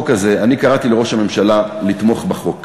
אני קראתי לראש הממשלה לתמוך בחוק,